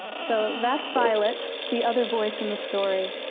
so that's violet, the other voice in the story.